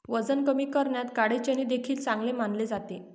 वजन कमी करण्यात काळे चणे देखील चांगले मानले जाते